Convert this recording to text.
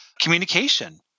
communication